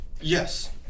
Yes